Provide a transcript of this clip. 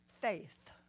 faith